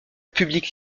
public